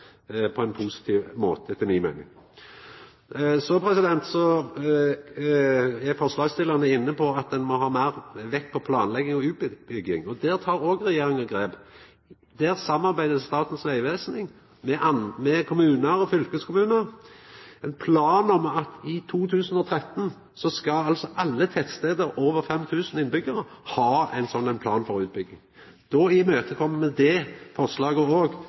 på ein positiv måte etter mi meining. Så er forslagsstillarane inne på at ein må ha meir vekt på planlegging og utbygging. Der tek òg regjeringa grep. Der samarbeider Statens vegvesen med kommunar og fylkeskommunar. I 2013 skal alle tettstader med over 5 000 innbyggjarar ha ein sånn plan for utbygging. Då imøtekjem me det forslaget òg frå Kristeleg Folkeparti. Så er det litt meir komplisert, men likevel kjem me òg Kristeleg Folkeparti i møte når det